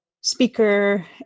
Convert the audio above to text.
speaker